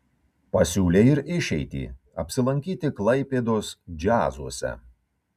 pasiūlė ir išeitį apsilankyti klaipėdos džiazuose